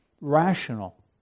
rational